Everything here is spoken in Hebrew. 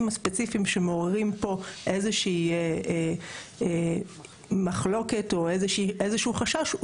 הספציפיים שמעוררים פה איזושהי מחלוקת או איזשהו חשש,